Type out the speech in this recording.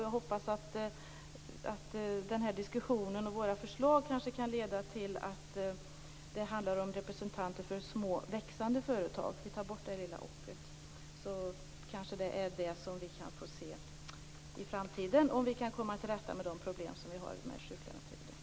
Jag hoppas att den här diskussionen och våra förslag kan leda till att det blir representanter för små växande företag. Vi tar bort det lilla ordet, och då är det kanske det vi kan se i framtiden om vi kan komma till rätta med det problem vi har med sjuklöneperioden.